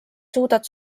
suudad